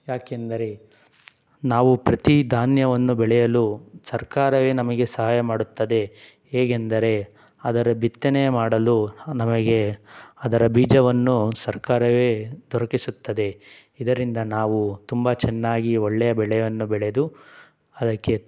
ಯಾಕೆಂದರೆ ನಾವು ಪ್ರತಿ ಧಾನ್ಯವನ್ನು ಬೆಳೆಯಲು ಸರ್ಕಾರವೇ ನಮಗೆ ಸಹಾಯ ಮಾಡುತ್ತದೆ ಹೇಗೆಂದರೆ ಅದರ ಬಿತ್ತನೆ ಮಾಡಲು ನಮಗೆ ಅದರ ಬೀಜವನ್ನು ಸರ್ಕಾರವೇ ದೊರಕಿಸುತ್ತದೆ ಇದರಿಂದ ನಾವು ತುಂಬ ಚೆನ್ನಾಗಿ ಒಳ್ಳೆಯ ಬೆಳೆಯನ್ನು ಬೆಳೆದು ಅದಕ್ಕೆ